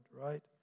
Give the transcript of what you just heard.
right